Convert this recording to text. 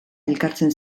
elkartzen